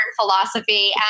philosophy